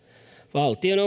valtion